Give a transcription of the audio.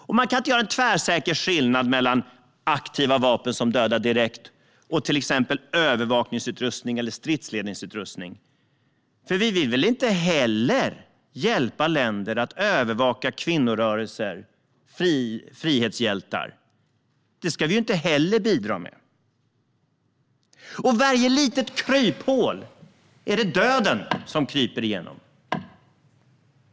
Man kan inte heller göra en tvärsäker skillnad mellan aktiva vapen som dödar direkt och till exempel övervakningsutrustning eller stridsledningsutrustning. Vi vill väl inte heller hjälpa länder att övervaka kvinnorörelser och frihetshjältar? Det ska vi ju inte heller bidra till. Varje litet kryphål är det döden som kryper igenom!